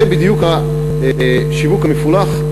זה בדיוק השיווק המפולח.